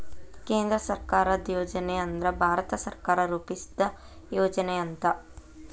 ಕೇಂದ್ರ ಸರ್ಕಾರದ್ ಯೋಜನೆ ಅಂದ್ರ ಭಾರತ ಸರ್ಕಾರ ರೂಪಿಸಿದ್ ಯೋಜನೆ ಅಂತ